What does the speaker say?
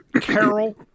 Carol